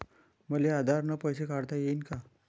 मले आधार न पैसे काढता येईन का?